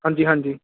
ਹਾਂਜੀ ਹਾਂਜੀ